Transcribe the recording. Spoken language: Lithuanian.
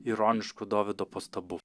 ironiškų dovydo pastabų